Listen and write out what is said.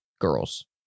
girls